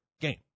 game